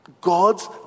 God's